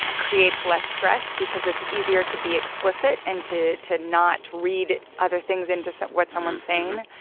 creates less stress because it's easier to be explicit and to to not read other things into so what someone's saying.